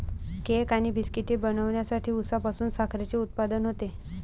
cake आणि बिस्किटे बनवण्यासाठी उसापासून साखरेचे उत्पादन होते